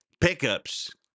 pickups